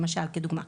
למשל כדוגמה.